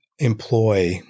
employ